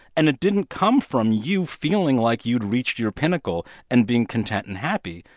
and it didn't come from you feeling like you'd reached your pinnacle and being content and happy.